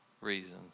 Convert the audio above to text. reasons